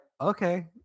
Okay